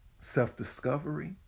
self-discovery